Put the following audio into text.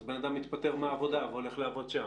אז בן אדם מתפטר מהעבודה והולך לעבוד שם.